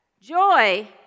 Joy